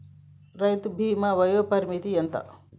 రైతు బీమా వయోపరిమితి ఎంత?